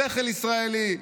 שכל ישראלי,